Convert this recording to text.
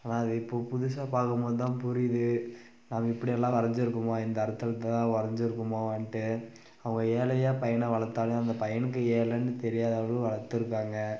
ஆனால் அது இப்போ புதுசாக பார்க்கும்போது தான் புரியுது நாம் இப்படியெல்லாம் வரைஞ்சிருக்கோமா இந்த அர்த்ததில் தான் வரைஞ்சிருப்போமோன்ட்டு அவங்க ஏழையாக பையனை வளர்த்தாலும் அந்த பையனுக்கு ஏழைன்னு தெரியாதளவு வளர்த்துருக்காங்க